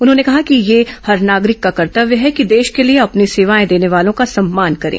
उन्होंने कहा कि यह हर नागरिक का कर्तव्य है कि देश के लिए अपनी सेवाएं देने वालों का सम्मान करें